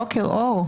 בוקר אור.